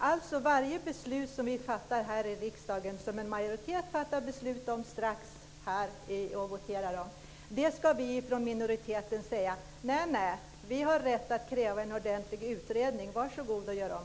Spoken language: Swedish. Alltså, för varje beslut som en majoritet beslutar om i riksdagen ska vi i minoriteten kräva att det ska vara en ordentlig utredning. Varsågod och gör om.